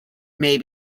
may